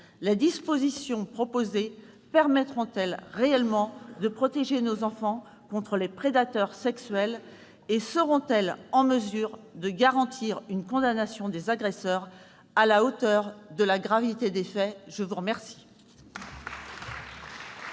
les dispositions proposées permettront-elles réellement de protéger nos enfants contre les prédateurs sexuels et de garantir une condamnation des agresseurs à la hauteur de la gravité des faits ? La parole